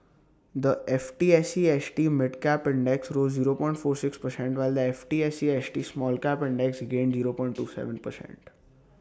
the F T S E S T mid cap index rose zero point four six percent while the F T S E S T small cap index gained zero point two Seven percent